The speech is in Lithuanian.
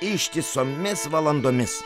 ištisomis valandomis